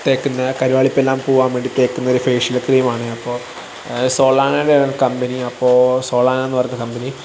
തേക്കുന്ന കരിവാളിപ്പെല്ലാം പോവാൻ വേണ്ടി തേക്കുന്ന ഒരു ഫേഷ്യൽ ക്രീം ആണ് അപ്പോൾ സൊളാനോടെ കമ്പനി അപ്പോൾ സൊളാനോ എന്ന് പറഞ്ഞ കമ്പനി